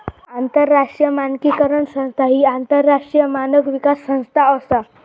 आंतरराष्ट्रीय मानकीकरण संस्था ह्या आंतरराष्ट्रीय मानक विकास संस्था असा